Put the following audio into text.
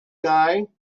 guy